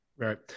Right